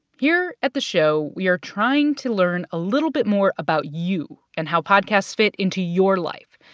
here at the show we are trying to learn a little bit more about you and how podcasts fit into your life.